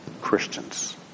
Christians